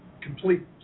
complete